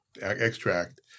extract